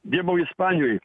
dirbau ispanijoj